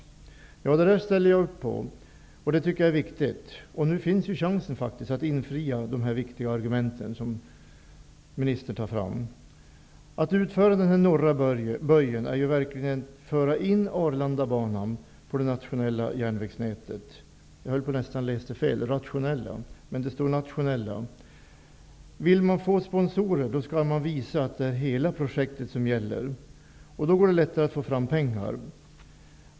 Det ställer jag mig bakom, och jag tycker att det är viktigt. Nu finns chansen att infria det som ministern framfört viktiga argument för. Att genomföra den norra böjen är att föra in Arlandabanan på det nationella järnvägsnätet. Vill man få sponsorer skall man visa att det är fråga om hela projektet. Då går det lättare att få fram pengar.